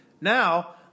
Now